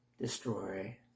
destroy